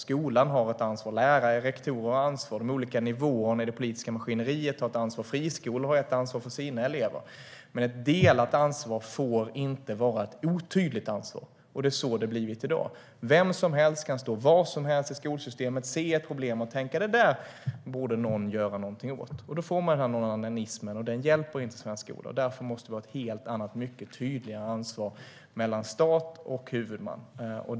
Skolan har ett ansvar. Lärare och rektorer har ansvar. De olika nivåerna i det politiska maskineriet har ett ansvar. Friskolor har ansvar för sina elever. Men ett delat ansvar får inte vara ett otydligt ansvar. Det är så det har blivit i dag. Vem som helst kan stå var som helst i skolsystemet och se ett problem och tänka att det där borde någon göra något åt. Då får man nånannanismen, och den hjälper inte svensk skola. Därför måste det bli ett helt annat, mycket tydligare, ansvar mellan stat och huvudman.